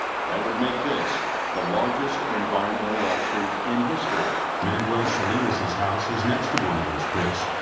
that would make this the largest environmental lawsuit in history. manuel salinas's house is next to one of those pits.